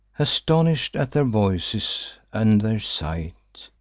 astonish'd at their voices and their sight,